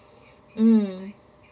mm